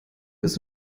ist